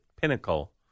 pinnacle